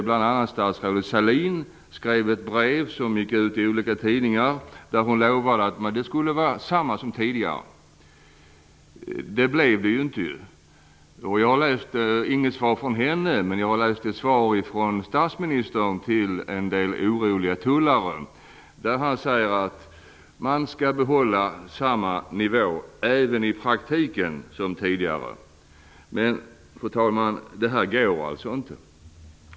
Bl.a. skrev statsrådet Sahlin ett brev som gick ut i olika tidningar där hon lovade att det skulle bli som tidigare. Så blev det ju inte. Jag läste svar, inte från henne, utan från statsministern till en del oroliga tullare. Han säger att man skall behålla samma nivå även i praktiken som tidigare. Men, fru talman, det går alltså inte.